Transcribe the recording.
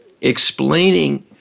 explaining